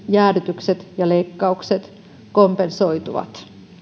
jäädytykset ja leikkaukset kompensoituvat